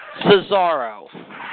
Cesaro